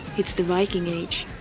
it's the viking age.